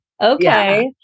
Okay